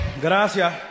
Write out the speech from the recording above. gracias